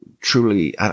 truly